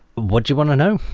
what do you want to know?